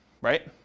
right